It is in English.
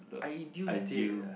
ideal date ah